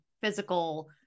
physical